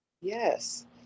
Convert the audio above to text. Yes